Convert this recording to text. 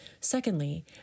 Secondly